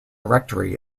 rectory